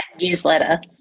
newsletter